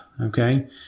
okay